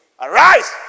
arise